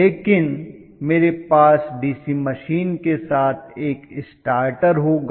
लेकिन मेरे पास डीसी मशीन के साथ एक स्टार्टर होगा